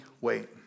wait